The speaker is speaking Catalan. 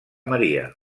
maria